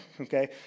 okay